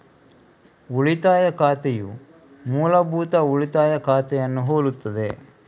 ಉಳಿತಾಯ ಖಾತೆಯು ಮೂಲಭೂತ ಉಳಿತಾಯ ಖಾತೆಯನ್ನು ಹೋಲುತ್ತದೆ